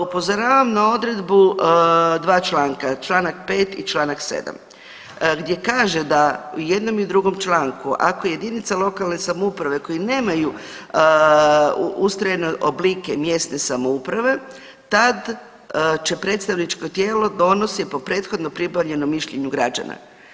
Upozoravam na odredbu 2 članka, čl. 5 i čl. 7 gdje kaže da u jednom i drugom članku, ako jedinice lokalne samouprave koje nemaju ustrojene oblike mjesne samouprave, tad će predstavničko tijelo donosi, po prethodno pribavljenom mišljenju građana.